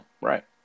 right